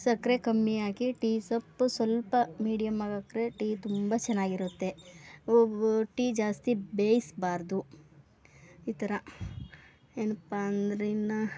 ಸಕ್ಕರೆ ಕಮ್ಮಿ ಹಾಕಿ ಟೀ ಸೊಪ್ಪು ಸ್ವಲ್ಪ ಮೀಡಿಯಮ್ ಆಗಿ ಹಾಕ್ದ್ರೆ ಟೀ ತುಂಬ ಚೆನ್ನಾಗಿರುತ್ತೆ ಟೀ ಜಾಸ್ತಿ ಬೇಯಿಸ್ಬಾರ್ದು ಈ ಥರ ಏನಪ್ಪ ಅಂದರೆ ಇನ್ನೂ